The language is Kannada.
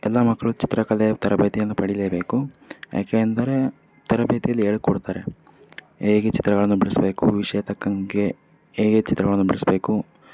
ಎಲ್ಲ ಮಕ್ಕಳು ಚಿತ್ರಕಲೆ ತರಬೇತಿಯನ್ನು ಪಡಿಯಲೇಬೇಕು ಯಾಕೆ ಅಂದರೆ ತರಬೇತಿಯಲ್ಲಿ ಹೇಳ್ಕೊಡ್ತಾರೆ ಹೇಗೆ ಚಿತ್ರಗಳನ್ನು ಬಿಡಿಸ್ಬೇಕು ವಿಷಯ ತಕ್ಕಂಗೆ ಹೇಗೆ ಚಿತ್ರಗಳನ್ನು ಬಿಡಿಸ್ಬೇಕು